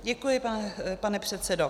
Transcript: Děkuji, pane předsedo.